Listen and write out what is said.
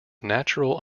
natural